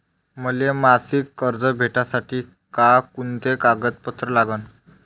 मले मासिक कर्ज भेटासाठी का कुंते कागदपत्र लागन?